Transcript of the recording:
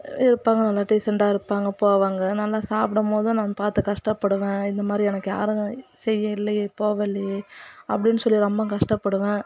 இருப்பாங்க நல்லா டீசண்டாக இருப்பாங்க போவாங்க நல்லா சாப்பிடும்போதும் நான் பார்த்து கஷ்டப்படுவேன் இந்தமாதிரி எனக்கு யாரும் செய்ய இல்லையே போக இல்லையே அப்படினு சொல்லி ரொம்ப கஷ்டப்படுவேன்